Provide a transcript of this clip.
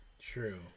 True